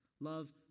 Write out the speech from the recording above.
Love